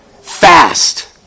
Fast